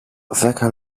δέκα